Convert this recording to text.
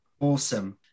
Awesome